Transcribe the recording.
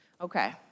Okay